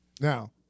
Now